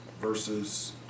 versus